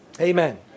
Amen